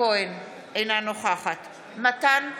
אינה נוכחת מתן כהנא,